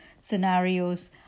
scenarios